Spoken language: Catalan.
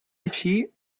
així